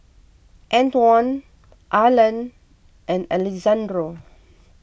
Antwon Arlan and Alexandro